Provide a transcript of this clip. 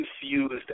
confused